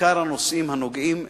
ובעיקר בנושאים הקשורים לאמונה,